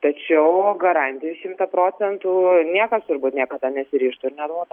tačiau garantijų šimtą procentų niekas turbūt niekada nesiryžtų neduotų